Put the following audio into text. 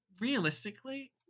realistically